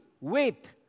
wait